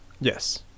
yes